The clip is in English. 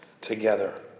together